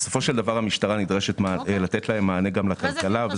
המשטרה נדרשת לתת להם מענה גם לכלכלה,